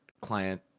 client